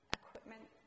equipment